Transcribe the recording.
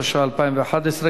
התשע"א 2011,